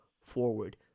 forward